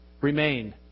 remain